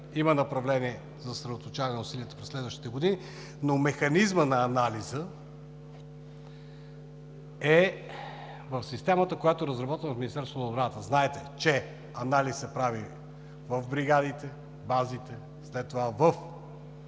има направление за съсредоточаване на усилията през следващите години. Механизмът на анализа е в системата, която разработваме в Министерството на отбраната. Знаете, че анализ се прави в бригадите, базите, след това